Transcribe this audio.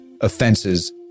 offenses